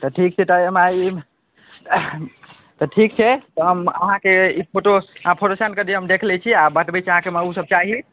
तऽ ठीक छै तऽ एम आइ तऽ ठीक छै तऽ हम अहाँके ई फोटो अहाँ फोटो सेन्ड कऽ दिऔ हम देखि लै छी आओर बतबै छी अहाँके हमसभ चाही